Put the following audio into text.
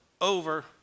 over